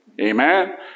Amen